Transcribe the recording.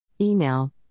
Email